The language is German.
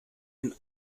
den